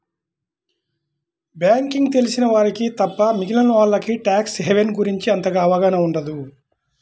banking తెలిసిన వారికి తప్ప మిగిలినోల్లకి ట్యాక్స్ హెవెన్ గురించి అంతగా అవగాహన ఉండదు